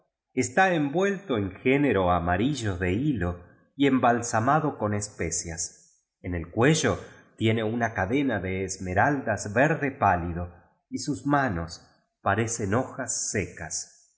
está envuelto en género amari llo de tillo y embalsamado con especias en el cuello tiene una cadena de csracraídas verde pálido y sus manos parecen hojas secas